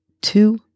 two